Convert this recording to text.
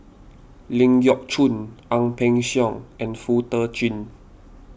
Ling Geok Choon Ang Peng Siong and Foo Tee Jun